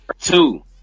Two